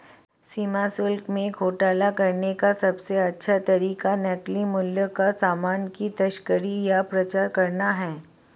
सीमा शुल्क में घोटाला करने का सबसे अच्छा तरीका नकली मूल्य के सामान की तस्करी या प्रचार करना है